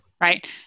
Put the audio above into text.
right